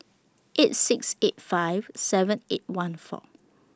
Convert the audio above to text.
eight six eight five seven eight one four